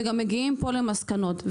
וגם מגיעים למסקנות.